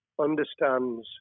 understands